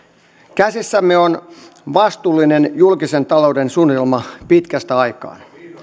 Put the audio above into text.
käsissämme on vastuullinen julkisen talouden suunnitelma pitkästä aikaa